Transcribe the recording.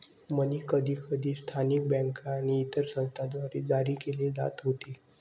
मनी कधीकधी स्थानिक बँका आणि इतर संस्थांद्वारे जारी केले जात होते